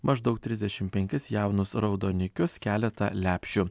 maždaug trisdešimt penkis jaunus raudonikius keletą lepšių